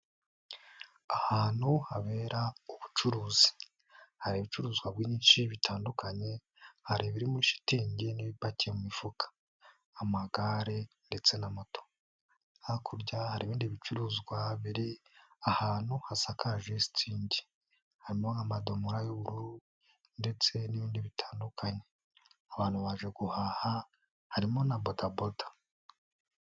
Ahantu habera ubucuruzi, hari ibicuruzwa byinshi bitandukanye hari ibiri muri shitingi n'ibipakiye mu mifuka, amagare ndetse na moto, hakurya hari ibindi bicuruzwa biri ahantu hasakaje shitingi, harimo amadomora y'ubururu ndetse n'ibindi bitandukanye, abantu baje guhaha, harimo na bodaboda.